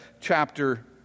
chapter